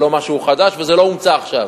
זה לא משהו חדש וזה לא הומצא עכשיו.